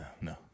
no